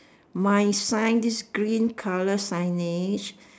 mine sign this green colour signage